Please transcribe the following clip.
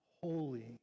Holy